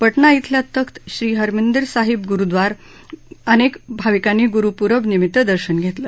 पटना धिल्या तख्त श्री हरिमंदिर साहिब गुरुद्वारात अनेक भाविकांनी गुरु पुरब निमित्त दर्शन घेतलं